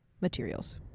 materials